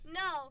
no